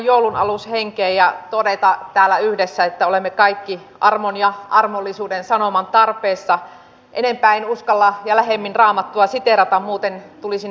nyt kun me alamme puhumaan hienoilla sanankäänteillä tästä työllistämisestä ja armollisuuden sanoman tarpeessa enempää en kotouttamisesta ja näin